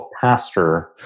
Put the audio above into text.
pastor